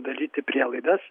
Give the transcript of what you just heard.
daryti prielaidas